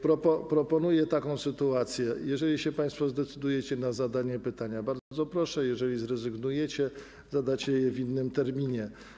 Proponuję taką sytuację: jeżeli państwo zdecydujecie się na zadanie pytania, bardzo proszę, jeżeli zrezygnujecie, zadacie je w innym terminie.